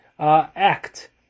Act